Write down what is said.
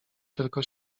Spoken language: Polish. tylko